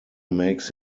makes